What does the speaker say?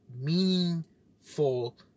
meaningful